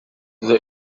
the